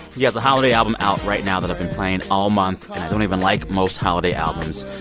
he has a holiday album out right now that i've been playing all month. and i don't even like most holiday albums.